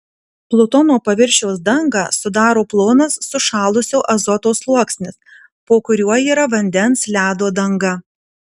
plutono paviršiaus dangą sudaro plonas sušalusio azoto sluoksnis po kuriuo yra vandens ledo danga